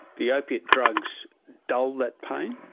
the opiate drugs dulled that pain.